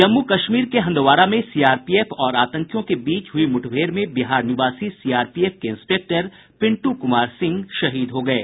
जम्मू कश्मीर के हंदवाड़ा में सीआरपीएफ और आतंकियों के बीच हुई मुठभेड़ में बिहार निवासी सीआरपीएफ के इंस्पेक्टर पिंटू कुमार सिंह शहीद हो गये